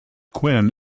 quinn